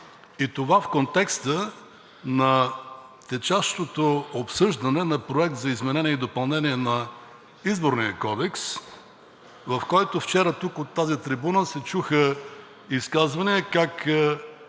и това в контекста на течащото обсъждане на Проект за изменение и допълнение на Изборния кодекс, в който вчера тук, от тази трибуна, се чуха изказвания как